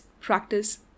practice